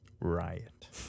Riot